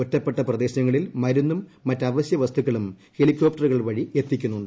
ഒറ്റപ്പെട്ട പ്രദേശങ്ങളിൽ മരുന്നും മറ്റ് അവശൃ വസ്തുക്കളും ഹെലികോപ്റ്ററുകൾ വഴി എത്തിക്കുന്നുണ്ട്